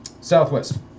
Southwest